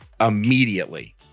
immediately